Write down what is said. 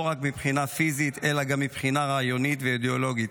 לא רק מבחינה פיזית אלא גם מבחינה רעיונית ואידיאולוגית.